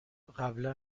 قبلا